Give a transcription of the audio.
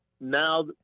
now